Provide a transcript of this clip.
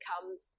comes